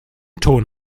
ton